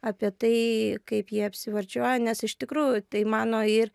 apie tai kaip jie apsivardžiuoja nes iš tikrųjų tai mano ir